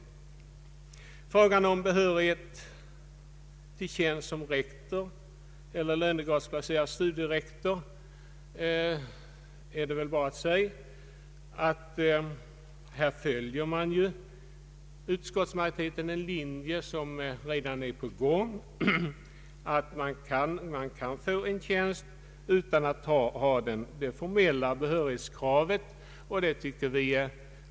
Beträffande frågan om behörighet till tjänst som rektor eller lönegradsplacerad studierektor har utskottsmajoriteten följt en linje som redan finns, nämligen att man kan få en tjänst utan att det formella behörighetskravet är uppfyllt.